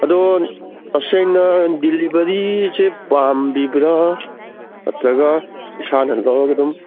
ꯑꯗꯣ ꯇꯁꯦꯡꯅ ꯗꯦꯂꯤꯕꯔꯤꯁꯦ ꯄꯥꯝꯕꯤꯕ꯭ꯔꯥ ꯅꯠꯇ꯭ꯔꯒ ꯏꯁꯥꯅ ꯂꯧꯔꯒ ꯑꯗꯨꯝ